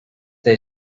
they